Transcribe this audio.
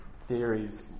theories